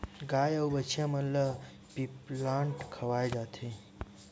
गाय अउ बछिया मन ल फीप्लांट खवाए जाथे